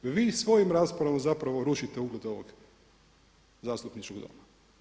Vi svojom raspravom zapravo rušite ugled ovog zastupničkog doma.